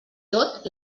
tot